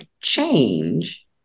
change